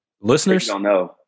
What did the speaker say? listeners